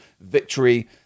victory